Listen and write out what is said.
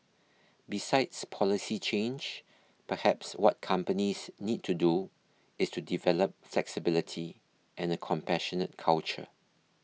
besides policy change perhaps what companies need to do is to develop flexibility and a compassionate culture